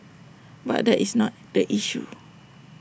but that is not the issue